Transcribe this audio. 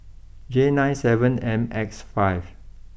J nine seven M X five